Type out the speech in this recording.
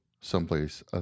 someplace